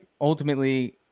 ultimately